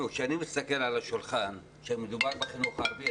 כשאני מסתכל על השולחן כאשר מדובר בחינוך הערבי,